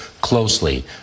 closely